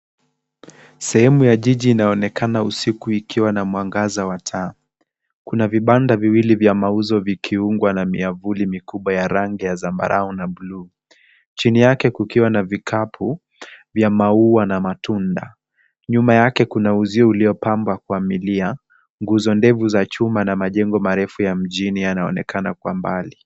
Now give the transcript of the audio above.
Sehemu ya jiji inaonekana usiku ikiwa na mwangaza wa taa. Kuna vibanda viwili vya mauzo vikiungwa na miavuli mikubwa ya rangi ya zambarau na bluu chini yake kukiwa na vikapu vya maua na matunda. Nyuma yake kuna uzio uliopamba kwa milia, nguzo ndefu za chuma na majengo marefu ya mjini yanaonekana kwa mbali.